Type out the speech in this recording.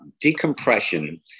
Decompression